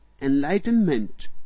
enlightenment